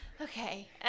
okay